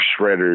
Shredder's